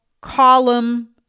column